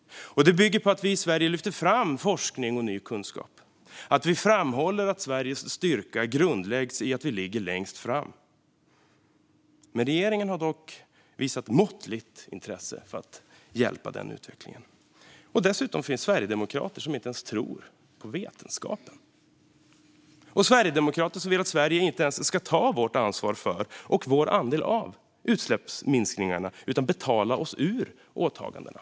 Det bygger också på att vi i Sverige lyfter fram forskning och ny kunskap, att vi framhåller att Sveriges styrka grundläggs i att vi ligger längst fram. Men regeringen har visat måttligt intresse för att hjälpa den utvecklingen. Dessutom finns det sverigedemokrater som inte ens tror på vetenskapen och sverigedemokrater som vill att Sverige inte ens ska ta vårt ansvar för och vår andel av utsläppsminskningarna utan att vi ska betala oss ur åtagandena.